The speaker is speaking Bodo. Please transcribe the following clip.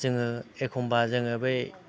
जोङो एखमब्ला जोङो बै